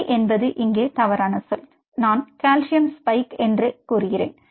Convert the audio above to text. அலை என்பது இங்கே தவறான சொல் நான் கால்சியம் ஸ்பைக் என்று கூறுவேன்